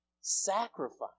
sacrifice